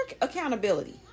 accountability